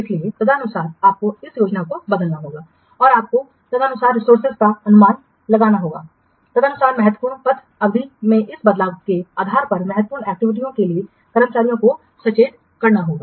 इसलिए तदनुसार आपको इस योजना को बदलना होगा और आपको तदनुसार रिसोर्सेजों का अनुमान लगाना होगा तदनुसार महत्वपूर्ण पथ अवधि में इस बदलाव के आधार पर महत्वपूर्ण एक्टिविटीयों के लिए कर्मचारियों को सचेत करना होगा